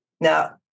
Now